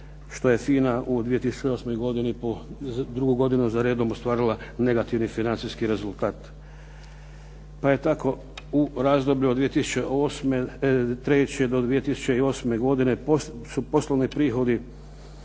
što je FINA u 2008. godini po drugu godinu za redom ostvarila negativni financijski rezultat. Pa je tako u razdoblju od 2008., 2003. do 2008. godine su poslovni prihodi